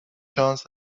شانس